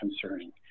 concerning